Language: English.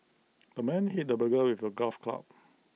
the man hit the burglar with A golf club